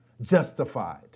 justified